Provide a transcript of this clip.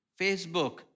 Facebook